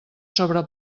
sobre